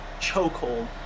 chokehold